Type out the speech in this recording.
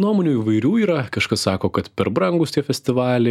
nuomonių įvairių yra kažkas sako kad per brangūs tie festivaliai